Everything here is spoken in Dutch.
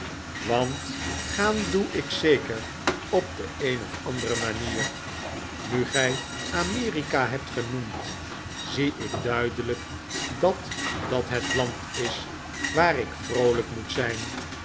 want gaan doe ik zeker op de een of andere maniep nu gij amerika hebt genoemd zie ik duidelijk dat dat het land is waar ik vroolijk moet zijn